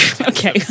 okay